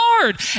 Lord